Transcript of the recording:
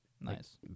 Nice